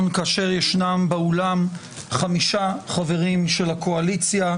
כאשר יש באולם חמישה חברים של האופוזיציה,